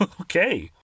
okay